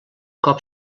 cop